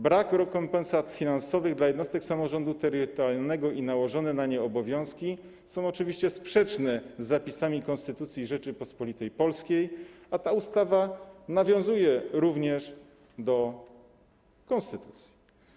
Brak rekompensat finansowych dla jednostek samorządu terytorialnego i nałożone na nie obowiązki są oczywiście sprzeczne z zapisami Konstytucji Rzeczypospolitej Polskiej, a ta ustawa nawiązuje również do konstytucji.